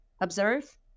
observe